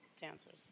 dancers